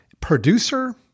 producer